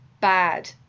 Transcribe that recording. bad